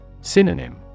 Synonym